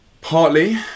Partly